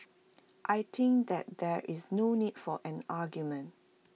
I think that there is no need for an argument